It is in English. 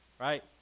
right